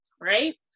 right